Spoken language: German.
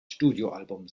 studioalbum